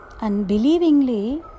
Unbelievingly